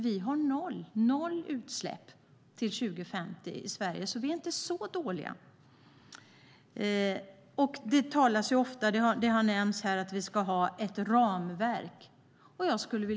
Vårt mål är noll utsläpp i Sverige till 2050, så vi är inte så dåliga. Det har nämnts här att vi skulle ha ett ramverk.